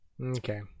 Okay